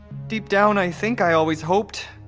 deep down i think i always hoped.